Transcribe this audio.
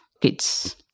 kids